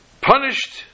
punished